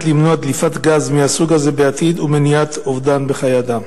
למנוע דליפת גז מהסוג הזה בעתיד ואובדן חיי אדם?